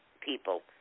people